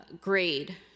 grade